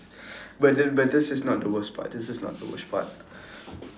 but then but this is not the worst part this is not the worst part